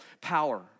power